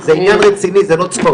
זה עניין רציני, זה לא צחוק.